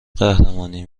قهرمانی